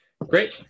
Great